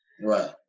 Right